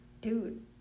dude